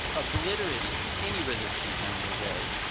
obliterating any resistance on their way.